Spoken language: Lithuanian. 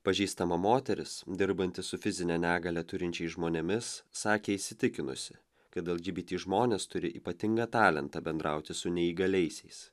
pažįstama moteris dirbanti su fizinę negalią turinčiais žmonėmis sakė įsitikinusi kad lgbt žmonės turi ypatingą talentą bendrauti su neįgaliaisiais